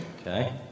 Okay